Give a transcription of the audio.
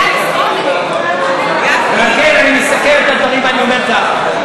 ועל כן אני מסכם את הדברים ואני אומר כך: